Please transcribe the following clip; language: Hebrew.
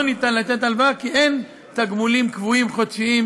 אין אפשרות לתת הלוואה,